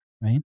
Right